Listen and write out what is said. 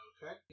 Okay